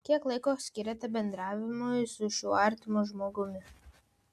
kiek laiko skiriate bendravimui su šiuo artimu žmogumi